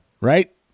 right